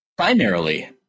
Primarily